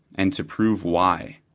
and to prove why.